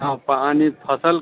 हाँ पानी फ़सल